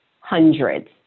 hundreds